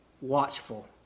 watchful